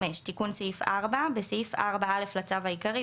תיקון סעיף 4 5. בסעיף 4(א) לצו העיקרי,